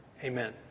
Amen